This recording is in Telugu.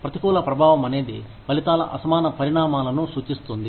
ప్రతికూల ప్రభావం అనేది ఫలితాల అసమాన పరిణామాలను సూచిస్తుంది